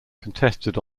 contested